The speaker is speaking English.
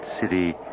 city